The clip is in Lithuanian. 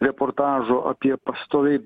reportažų apie pastoviai